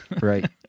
Right